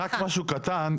רק משהו קטן,